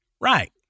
Right